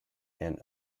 and